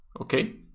Okay